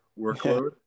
workload